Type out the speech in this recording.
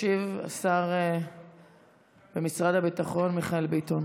ישיב השר במשרד הביטחון מיכאל ביטון.